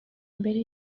mbere